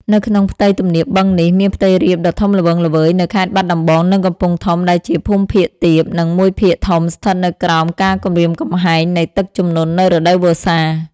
នៅក្នុងផ្ទៃទំនាបបឹងនេះ មានផ្ទៃរាបដ៏ធំល្វឹងល្វើយនៅខេត្តបាត់ដំបង និងកំពង់ធំ ដែលជាភូមិភាគទាប និងមួយភាគធំស្ថិតនៅក្រោមការគំរាមកំហែងនៃទឹកជំនន់នៅរដូវវស្សា។